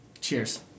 cheers